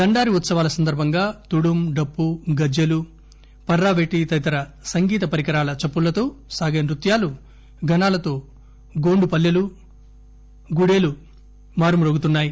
దండారి ఉత్సవాల సందర్బంగా తుడుం డప్పు గజ్జెలు పర్రా పెట్టి తదితర సంగిత పరికరాల చప్పల్లతో సాగే నృత్యాలు గణాలతో గోండు పల్లెలు గుడేలు మారుమ్రోగుతున్నాయి